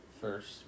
First